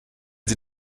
sie